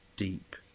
deep